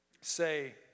say